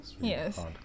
Yes